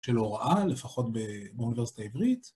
של הוראה, לפחות באוניברסיטה העברית.